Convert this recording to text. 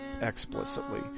explicitly